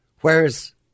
Whereas